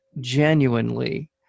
genuinely